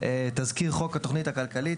תסקיר חוק התכנית הכלכלית,